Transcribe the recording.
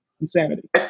Insanity